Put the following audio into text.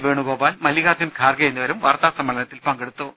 വേണുഗോപാൽ മല്ലികാർജ്ജുൻ ഖാർഗെ എന്നിവരും വാർത്താ സമ്മേളനത്തിൽ പങ്കെടുത്തു